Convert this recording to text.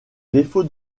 défauts